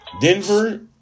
Denver